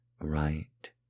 right